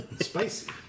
Spicy